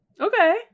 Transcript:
Okay